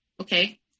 okay